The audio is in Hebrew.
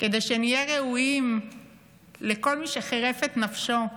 כדי שנהיה ראויים לכל מי שחירף את נפשו עבורנו,